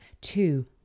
Two